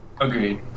Agreed